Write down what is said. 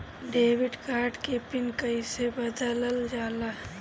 Debit card के PIN कईसे बदलल जाला?